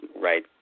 right